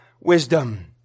wisdom